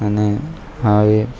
અને આવી